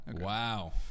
Wow